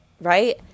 right